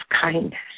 kindness